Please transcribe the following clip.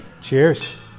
Cheers